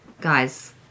guys